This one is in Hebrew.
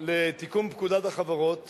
לתיקון פקודת החברות